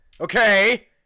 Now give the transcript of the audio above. Okay